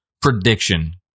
prediction